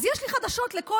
אז יש לי חדשות לכל